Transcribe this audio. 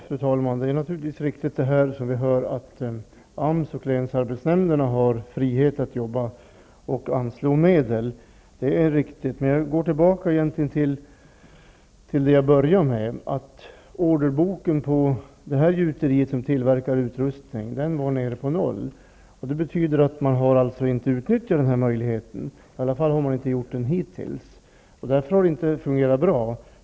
Fru talman! Det är naturligtvis riktigt, som vi här har hört, att AMS och länsarbetsnämnderna har frihet att verka och att anslå medel. Men jag vill också understryka att, som jag inledningsvis framhöll, orderboken på det gjuteri som tillverkar utrustning var helt tom. Det betyder att man i varje fall inte hittills har utnyttjat denna möjlighet. Därför har det inte fungerat bra.